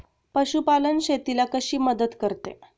पशुपालन शेतीला कशी मदत करते?